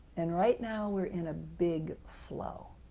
and right now we are in a big flow.